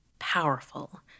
powerful